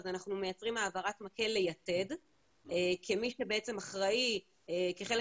אז אנחנו מייצרים העברת מקל ליתד כמי שבעצם אחראי כחלק